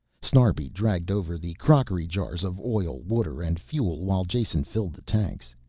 snarbi dragged over the crockery jars of oil, water and fuel while jason filled the tanks.